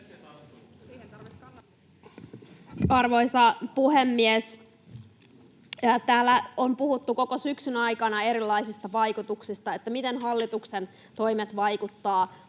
Arvoisa puhemies! Täällä on puhuttu koko syksyn aikana erilaisista vaikutuksista: miten hallituksen toimet vaikuttavat